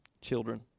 children